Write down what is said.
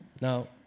Now